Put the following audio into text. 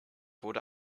wurde